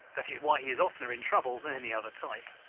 that is why he is oftener in trouble than any other type.